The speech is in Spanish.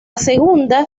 segunda